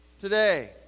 today